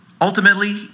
Ultimately